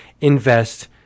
invest –